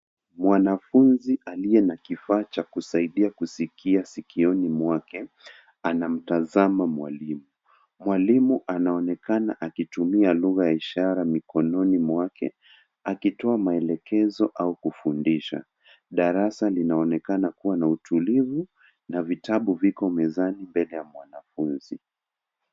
Mwanafunzi aliye na kifaa cha kusaidia kusikia sikioni mwake anamtazama mwalimu. Mwalimu anaonekana akitumia lugha ya ishara mikononi mwake akitoa maelekezo au kufundisha. Darasa linaonekana kuwa na utulivu na vitabu viko mezani mbele ya mwanafunzi.